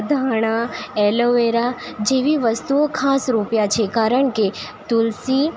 ધાણા એલોવેરા જેવી વસ્તુઓ ખાસ રોપ્યા છે કારણ કે તુલસી